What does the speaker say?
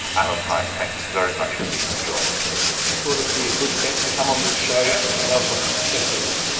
alan hajek, thank you very much indeed for joining us. i thought it would be a good bet to come on this show, and i was right. thanks very much.